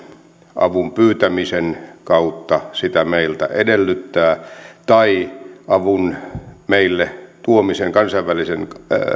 avun pyytämisen kautta sitä meiltä edellyttää tai kun avun meille tuominen on mahdollista kansainvälisen